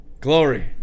Glory